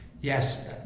Yes